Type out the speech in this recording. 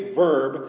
verb